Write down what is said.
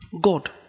God